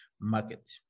market